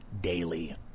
daily